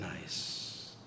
nice